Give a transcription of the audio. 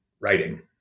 writing